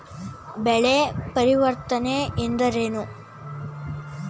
ಬೆಳೆ ಪರಿವರ್ತನೆ ಎಂದರೇನು?